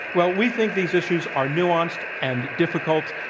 well, we think these issues are nuanced, and difficult,